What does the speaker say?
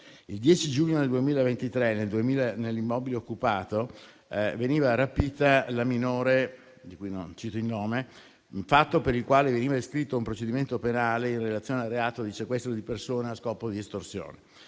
Il 10 giugno 2023, nell'immobile occupato, veniva rapita la minore, di cui non cito il nome, fatto per il quale veniva iscritto un procedimento penale in relazione al reato di sequestro di persona a scopo di estorsione.